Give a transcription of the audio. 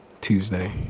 Tuesday